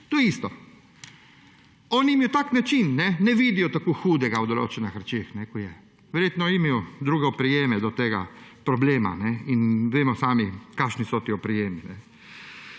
To je isto. On je imel tak način, ne vidijo tako hudega v določenih rečeh, kot je. Verjetno imajo druge oprijeme do tega problema in vemo sami, kakšni so ti oprijemi.